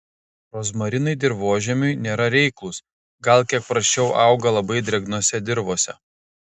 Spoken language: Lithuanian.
rozmarinai dirvožemiui nėra reiklūs gal kiek prasčiau auga labai drėgnose dirvose